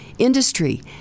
industry